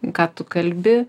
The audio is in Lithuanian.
ką tu kalbi